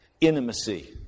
intimacy